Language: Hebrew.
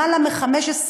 למעלה מ-15 דירות?